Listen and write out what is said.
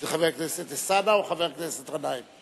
זה חבר הכנסת אלסאנע או חבר הכנסת גנאים?